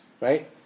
right